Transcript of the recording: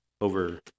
over